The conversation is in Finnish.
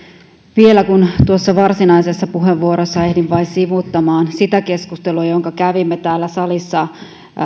vielä kun tuossa varsinaisessa puheenvuorossani ehdin vain sivuuttamaan sitä keskustelua jonka kävimme täällä salissa